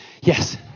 yes